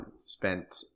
spent